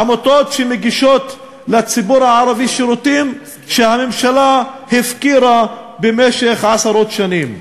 עמותות שמגישות לציבור הערבי שירותים שהממשלה הפקירה במשך עשרות שנים.